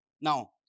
Now